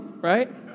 right